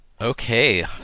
Okay